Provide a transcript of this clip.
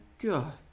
God